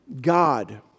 God